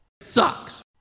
Sucks